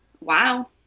Wow